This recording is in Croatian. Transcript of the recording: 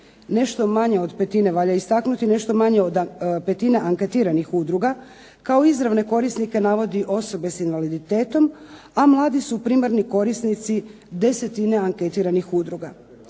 Nešto manje od petine valja istaknuti anketiranih udruga kao izravne korisnike navodi osobe sa invaliditetom a mladi su primarni korisnici deset neanketiranih udruga.